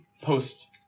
post